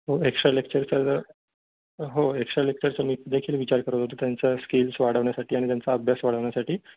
हो एक्स्ट्रा लेक्चरचा हो एक्स्ट्रा लेक्चरचं मी देखील विचार करत होतं त्यांचा स्किल्स वाढवण्यासाठी आणि त्यांचा अभ्यास वाढवण्यासाठी